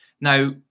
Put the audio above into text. Now